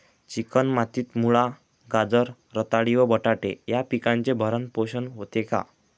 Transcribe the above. Chicken मातीत मुळा, गाजर, रताळी व बटाटे या पिकांचे भरण पोषण होते का?